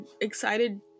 excited